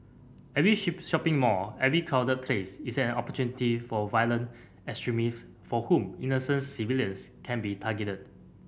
every shopping mall every crowded place is an opportunity for violent extremists for whom innocent civilians can be targeted